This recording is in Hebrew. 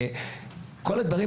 כל הדברים